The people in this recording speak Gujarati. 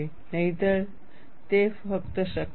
નહિંતર તે ફક્ત શક્ય નથી